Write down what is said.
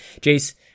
Jace